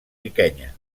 riquenya